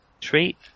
treat